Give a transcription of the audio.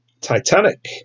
Titanic